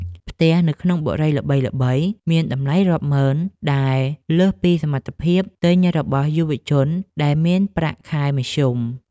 ផ្ទះនៅក្នុងបុរីល្បីៗមានតម្លៃរាប់ម៉ឺនដែលលើសពីសមត្ថភាពទិញរបស់យុវជនដែលមានប្រាក់ខែមធ្យម។